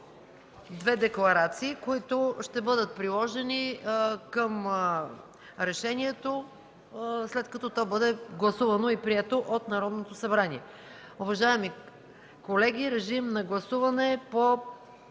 две декларации, които ще бъдат приложени към решението, след като то бъде гласувано и прието от Народното събрание.